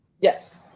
Yes